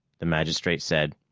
the magistrate said.